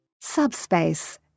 Subspace